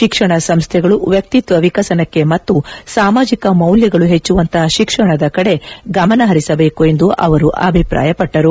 ಶಿಕ್ಷಣ ಸಂಸ್ಥೆಗಳು ವ್ಯಕ್ತಿತ್ತ ವಿಕಸನಕ್ಕೆ ಮತ್ತು ಸಾಮಾಜಕ ಮೌಲ್ಲಗಳು ಹೆಚ್ಚುವಂತಹ ಶಿಕ್ಷಣದ ಕಡೆ ಗಮನ ಪರಿಸಬೇಕು ಎಂದು ಅವರು ಅಭಿಪ್ರಾಯಪಟ್ಟರು